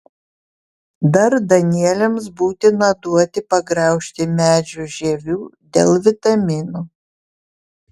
dar danieliams būtina duoti pagraužti medžių žievių dėl vitaminų